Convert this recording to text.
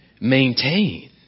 maintain